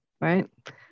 right